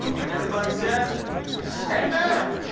and everybody said amen!